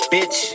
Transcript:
Bitch